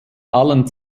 allen